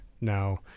now